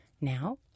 now